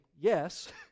yes